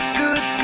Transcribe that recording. good